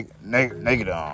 negative